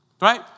Right